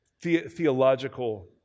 theological